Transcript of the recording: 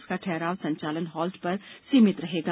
इनका ठहराव संचालन हॉल्ट् पर सीमित रहेगा